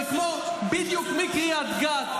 שבדיוק כמו קריית גת,